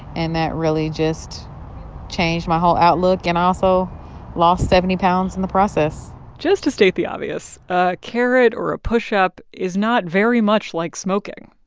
and that really just changed my whole outlook. and i also lost seventy pounds in the process just to state the obvious, a carrot or a pushup is not very much like smoking.